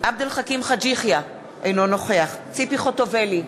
עבד אל חכים חאג' יחיא, אינו נוכח ציפי חוטובלי,